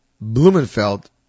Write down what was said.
Blumenfeld